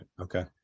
Okay